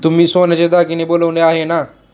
तुम्ही सोन्याचे दागिने बनवले आहेत ना?